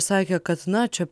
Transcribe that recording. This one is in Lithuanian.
sakė kad na čia